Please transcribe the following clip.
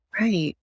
Right